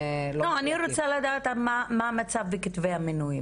לא --- אני רוצה לדעת מה המצב בכתבי המינוי.